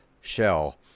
shell